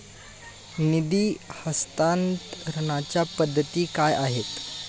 निधी हस्तांतरणाच्या पद्धती काय आहेत?